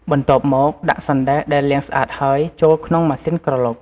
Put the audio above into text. បន្ទាប់់មកដាក់សណ្តែកដែលលាងស្អាតហើយចូលក្នុងម៉ាស៊ីនក្រឡុក។